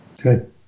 Good